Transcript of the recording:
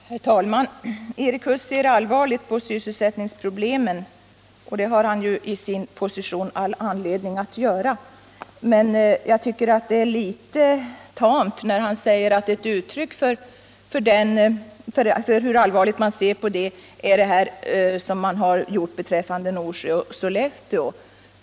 Herr talman! Erik Huss ser allvarligt på sysselsättningsproblemen, och det har han isin position all anledning att göra. Men det är litet tamt när han säger att ett uttryck för hur allvarligt man ser på detta är vad man har gjort beträffande Norsjö och Sollefteå.